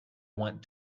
want